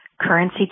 currency